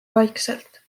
vaikselt